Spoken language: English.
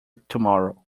tomorrow